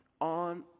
on